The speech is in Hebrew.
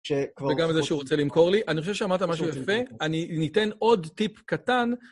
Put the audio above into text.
וגם את זה שהוא רוצה למכור לי. אני חושב שאמרת משהו יפה, אני ניתן עוד טיפ קטן.